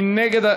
מי נגד?